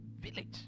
village